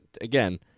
Again